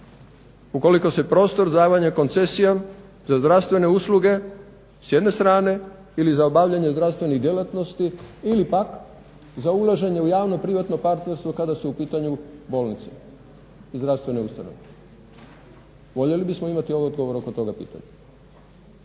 ukoliko se prostor davanja koncesijom za zdravstvene usluge s jedne strane ili za obavljanje zdravstvenih djelatnosti ili pak za ulaženje u javno-privatno partnerstvo kada su u pitanju bolnice i zdravstvene ustanove. Voljeli bismo imati odgovore oko toga pitanja,